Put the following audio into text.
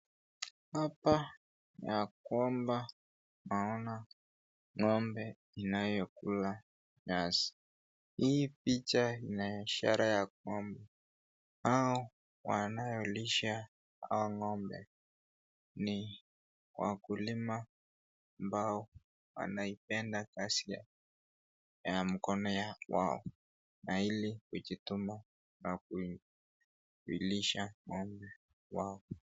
Hapa ya kwamba naona ng'ombe inayokula nyasi. Hii picha ina ishara ya kwamba hawa wanaolisha hawa ng'ombe ni wakulima ambao wanaipenda kazi ya mikono yao na ili kujituma na kuilisha ng'ombe wao.